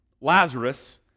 Lazarus